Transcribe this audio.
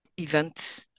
event